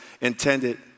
intended